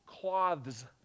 cloths